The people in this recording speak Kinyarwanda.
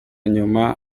nyuma